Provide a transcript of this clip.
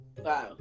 Wow